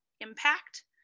impact